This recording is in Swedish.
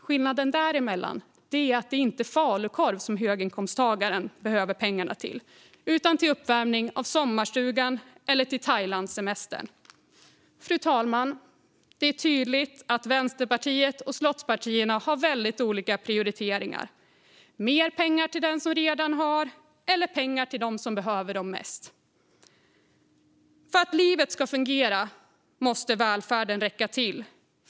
Skillnaden är att det inte är till falukorv som höginkomsttagaren behöver pengarna utan till uppvärmning av sommarstugan eller till Thailandssemestern. Fru talman! Det är tydligt att Vänsterpartiet och slottspartierna har väldigt olika prioriteringar: mer pengar till dem som redan har eller pengar till dem som behöver det mest. För att livet ska fungera för människor måste välfärden räcka till.